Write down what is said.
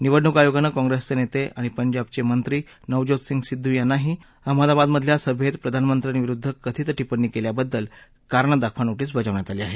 निवडणूक आयोगानं काँग्रेसचे नेते आणि पंजाबचे मंत्री नवज्योत सिंग सिद्धू यांनाही अहमदाबादमधल्या सभेत प्रधानमंत्र्यांविरुद्ध कथित टिप्पणी केल्याबद्दल कारणं दाखवा नोटिस बजावण्यात आली आहे